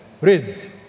read